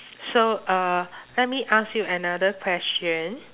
so uh let me ask you another question